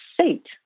seat